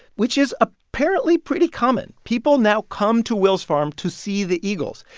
which is apparently pretty common. people now come to will's farm to see the eagles.